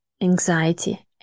anxiety